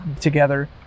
together